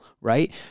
Right